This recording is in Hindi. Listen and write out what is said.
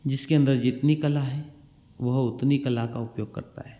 जिसके अंदर जितनी कला है वह उतनी कला का उपयोग करता है